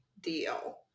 deal